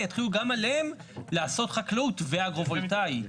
יתחילו גם עליהן לעשות חקלאות ואגרו-וולטאי.